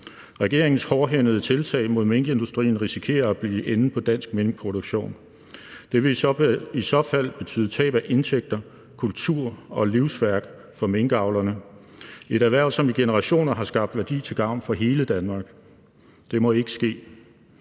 Regeringens hårdhændede tiltag mod minkindustrien risikerer at blive enden på dansk minkproduktion. Det vil i så fald betyde tab af indtægter, kultur og livsværk for minkavlerne – et erhverv, som i generationer har skabt værdi til gavn for hele Danmark. Det må ikke ske.